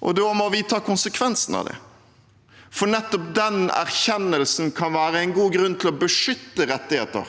seg. Da må vi ta konsekvensen av det, for nettopp den erkjennelsen kan være en god grunn til å beskytte rettigheter